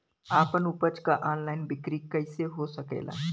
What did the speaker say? आपन उपज क ऑनलाइन बिक्री कइसे हो सकेला?